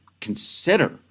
consider